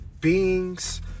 beings